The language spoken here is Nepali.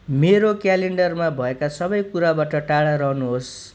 मेरो क्यालेन्डरमा भएका सबै कुराबाट टाढा रहनुहोस्